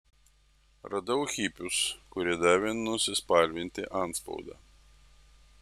radau hipius kurie davė nusispalvinti antspaudą